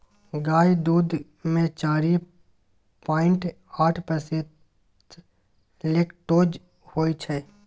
गाय दुध मे चारि पांइट आठ प्रतिशत लेक्टोज होइ छै